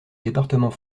département